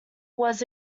was